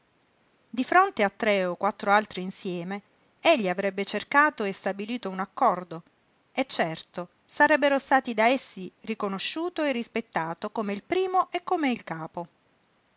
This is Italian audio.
di fronte a tre o quattro altri insieme egli avrebbe cercato e stabilito un accordo e certo sarebbe stato da essi riconosciuto e rispettato come il primo e come il capo